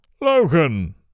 Logan